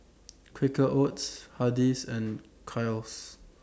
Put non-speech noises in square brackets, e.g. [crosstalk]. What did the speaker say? [noise] Quaker Oats Hardy's and Kiehl's